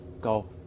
go